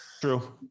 true